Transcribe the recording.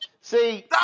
see